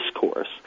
discourse